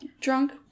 drunk